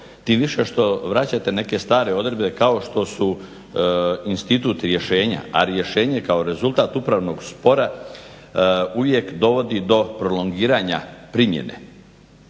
tim više što vraćate neke stare odredbe kao što su institut rješenja, a rješenje kao rezultat upravnog spora uvijek dovodi do prolongiranja primjene,